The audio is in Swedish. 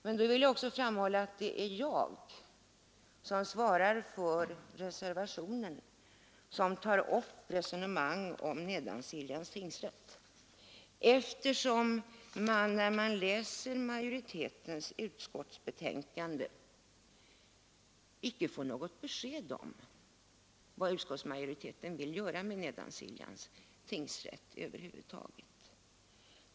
Men då vill jag också framhålla att det är jag som svarar för den reservation som tar upp resonemanget om Nedansiljans tingsrätt, eftersom man när man läser utskottsmajoritetens betänkande inte får något besked om vad utskottsmajoriteten över huvud taget vill göra med Nedansiljans tingsrätt.